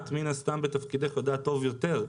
את מן הסתם בתפקידך יודעת טוב יותר.